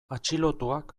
atxilotuak